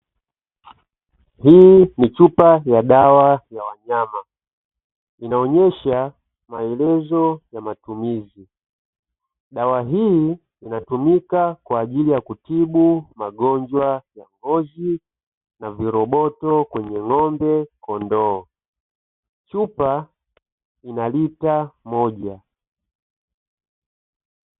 Hii ni chupa ya dawa ya wanyama. Inaonyesha maelezo ya matumizi. Dawa hii inatumika kwa ajili ya kutibu magonjwa ya ngozi na viroboto kwenye ng'ombe na kondoo. Chupa inalisha moja.